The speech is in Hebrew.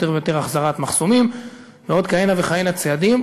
יותר ויותר החזרת מחסומים ועוד כהנה וכהנה צעדים.